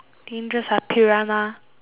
dangerous ah piranha